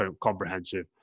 comprehensive